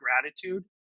gratitude